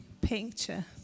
picture